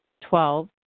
Twelve